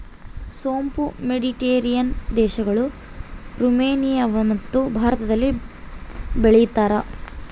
ಸೋಂಪು ಮೆಡಿಟೇರಿಯನ್ ದೇಶಗಳು, ರುಮೇನಿಯಮತ್ತು ಭಾರತದಲ್ಲಿ ಬೆಳೀತಾರ